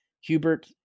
Hubert